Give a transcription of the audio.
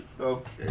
Okay